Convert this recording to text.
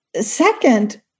Second